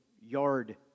yard